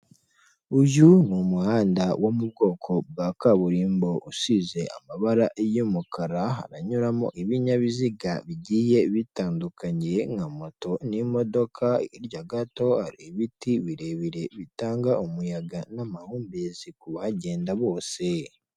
Uyu ni umuhanda wo mu bwoko bwa kaburimbo usize amabara y'umukara haranyuramo ibinyabiziga bigiye bitandukanye nka moto n'imodoka, hirya gato hari ibiti birebire bitanga umuyaga n'amahumbezi ku bahagenda bose.